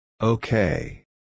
Okay